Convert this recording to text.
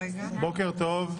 בוקר טוב.